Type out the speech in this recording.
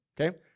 okay